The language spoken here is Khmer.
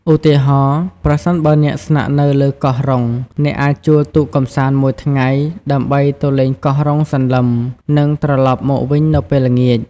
ឧទាហរណ៍ ប្រសិនបើអ្នកស្នាក់នៅលើកោះរ៉ុង អ្នកអាចជួលទូកកម្សាន្តមួយថ្ងៃដើម្បីទៅលេងកោះរ៉ុងសន្លឹម និងត្រឡប់មកវិញនៅពេលល្ងាច។